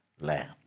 land